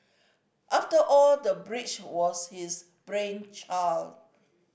after all the bridge was his brainchild